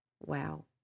Wow